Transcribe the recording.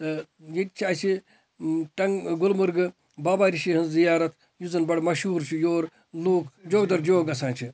تہٕ ییٚتہِ چھِ اَسہِ ٹَنگ گُلمَرگہٕ بابا رِشی ہٕنٛز زِیارَت یُس زَن بَڑٕ مشہور چھُ یور لُکھ جو دَر جو گَژھان چھِ